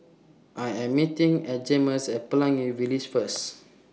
I Am meeting At Jaymes At Pelangi Village First